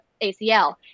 ACL